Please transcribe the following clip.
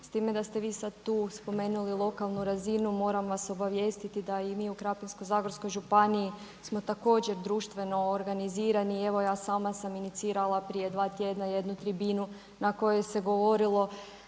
s time da ste vi sad tu spomenuli lokalnu razinu moram vas obavijestiti da i mi u Krapinsko-zagorskoj županiji smo također društveno organizirani. I evo, ja sama sam inicirala prije 2 tjedna jednu tribinu na kojoj se govorilo